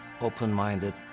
open-minded